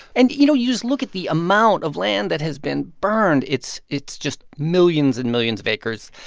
and, you know, you just look at the amount of land that has been burned. it's it's just millions and millions of acres,